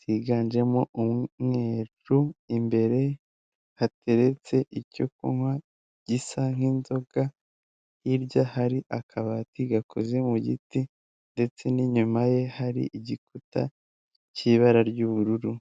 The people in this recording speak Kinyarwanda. ziganjemo umweru, imbere hateretse icyo kunywa gisa nk'inzoga, hirya hari akabati gakoze mu giti, ndetse n'inyuma ye hari igikuta cy'ibara ry'ubururu.